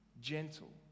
gentle